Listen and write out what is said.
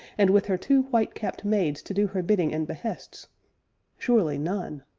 and with her two white-capped maids to do her bidding and behests surely none.